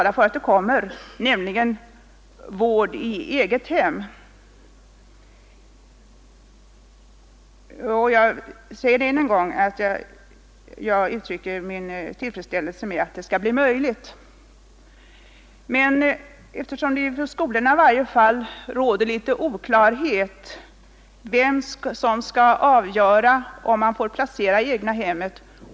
Det är något som vi har väntat på länge, och vi är glada över att möjligheter till sådan vård nu kommer att ges. Men det råder i varje fall vid skolorna oklarhet om vem som skall avgöra om man får placera en elev i det egna hemmet.